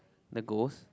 the ghost